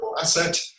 asset